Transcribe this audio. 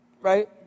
Right